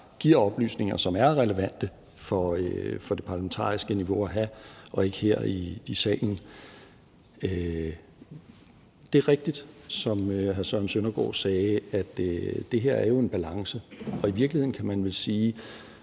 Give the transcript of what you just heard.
giver oplysninger, som er relevante for det parlamentariske niveau at have – og ikke her i salen. Det er rigtigt, som hr. Søren Søndergaard sagde, at det her jo er en balance. Og i virkeligheden kan man vel sige,